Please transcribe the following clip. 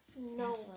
No